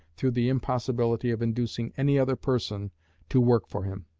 through the impossibility of inducing any other person to work for him.